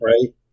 Right